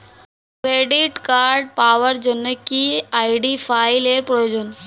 Credit card পাওয়ার জন্য কি আই.ডি ফাইল এর প্রয়োজন?